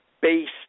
based